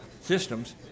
systems